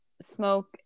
smoke